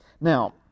Now